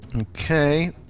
Okay